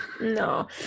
No